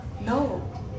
No